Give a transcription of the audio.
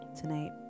tonight